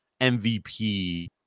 MVP